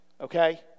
okay